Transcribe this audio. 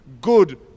Good